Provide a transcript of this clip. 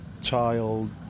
child